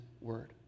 Word